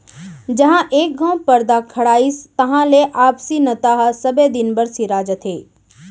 जहॉं एक घँव परदा खड़ाइस तहां ले आपसी नता ह सबे दिन बर सिरा जाथे